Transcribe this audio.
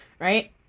right